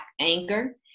anger